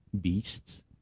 beasts